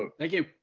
um thank you.